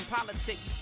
Politics